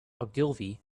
ogilvy